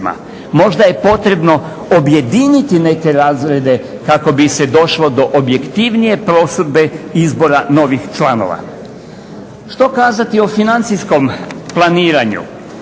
Možda je potrebno objediniti neke razrede kako bi se došlo do objektivnije prosudbe izbora novih članova. Što kazati o financijskom planiranju.